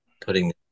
putting